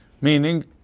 Meaning